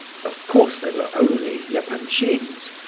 of course they were only yeah epanchins,